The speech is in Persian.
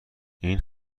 این